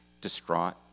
distraught